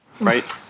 right